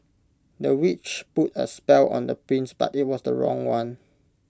the witch put A spell on the prince but IT was the wrong one